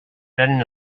prenen